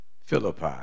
Philippi